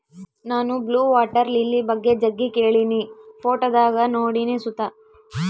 ನಾನು blue water lily ಬಗ್ಗೆ ಜಗ್ಗಿ ಕೇಳಿನಿ, ಫೋಟೋದಾಗ ನೋಡಿನಿ ಸುತ